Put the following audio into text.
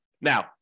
Now